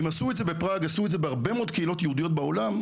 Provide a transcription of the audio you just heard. אם עשו את בפראג ועשו את זה בהרבה מאוד קהילות יהודיות בעולם,